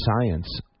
science